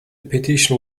petition